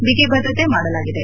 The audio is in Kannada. ಬಿಗಿ ಭದ್ರತೆ ಮಾಡಲಾಗಿದೆ